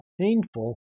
painful